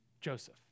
Joseph